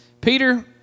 Peter